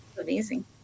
Amazing